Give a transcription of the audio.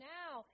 now